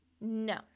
No